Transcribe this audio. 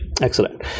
Excellent